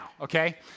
okay